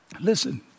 listen